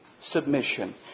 submission